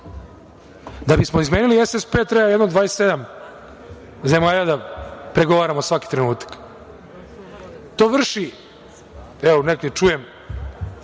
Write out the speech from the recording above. Da bismo izmenili SSP treba jedno 27 zemalja da pregovaramo svaki trenutak. To vrši…Evo neko, čujem